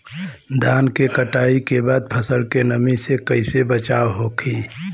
धान के कटाई के बाद फसल के नमी से कइसे बचाव होखि?